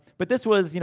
but this was,